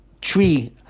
tree